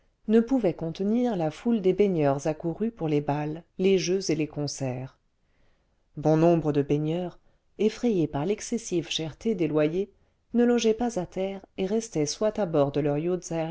ne pouvaient contenir la foule des baigneurs accourus pour les bals les jeux et les concerts bon nombre de baigneurs effrayés par l'excessive cherté des loyers ne logeaient pas à terre et restaient soit à bord de leurs